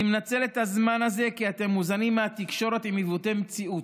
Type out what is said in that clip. אני מנצל את הזמן הזה כי אתם מוזנים מהתקשורת עם עיוותי מציאות.